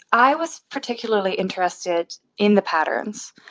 i was particularly interested in the patterns.